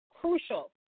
crucial